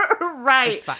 Right